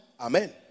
Amen